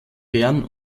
bern